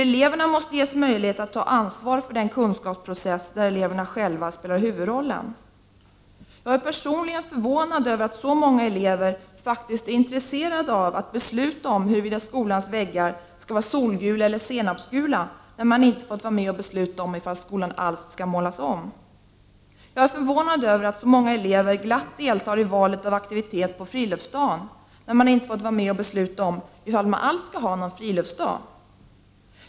Elever måste ges möjlighet att ta ansvar för den kunskäpsprocess som de själva spelar huvudrollen i. Jag är personligen förvånad över att så många elever faktiskt är intresserade av att besluta om huruvida skolans väggar skall vara solgula eller senapsgula, när de inte har fått vara med och besluta ifall skolan alls skall målas om. Jag är förvånad över att så många elever glatt deltar i valet av aktivitet på friluftsdagen, när de inte har fått vara med och besluta om ifall man alls skall ha någon friluftsdag.